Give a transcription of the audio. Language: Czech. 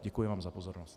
Děkuji vám za pozornost.